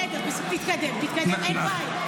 בסדר, תתקדם, תתקדם, אין בעיה.